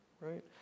right